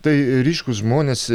tai ryškūs žmonės